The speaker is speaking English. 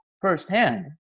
firsthand